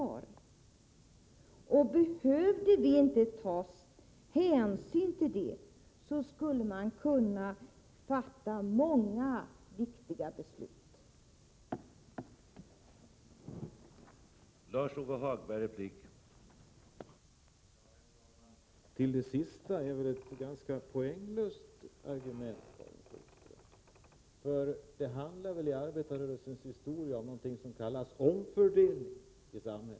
7 november 1984 Behövde det inte tas hänsyn till ekonomiska ting, så skulle man kunna fatta många viktiga beslut.